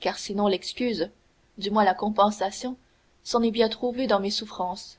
car sinon l'excuse du moins la compensation s'en est bien trouvée dans mes souffrances